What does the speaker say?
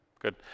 Good